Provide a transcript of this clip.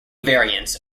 variants